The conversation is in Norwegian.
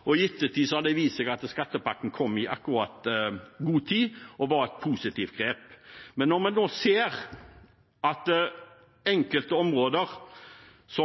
og var et positivt grep. Men når vi nå ser i enkelte områder de